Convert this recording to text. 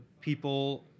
people